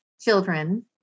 children